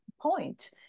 point